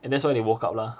that's why they woke up lah